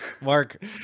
Mark